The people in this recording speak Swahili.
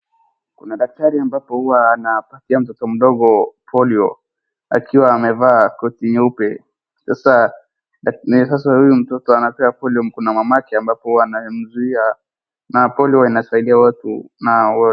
Kuna daktari ambapo huwa anapatia mtoto mdogo polio, akiwa amevaa koti nyeupe sasa, na sasa huyu mtoto anapewa polio kuna mama yake ambapo anamzuia, na polio inasaidia watu na wote.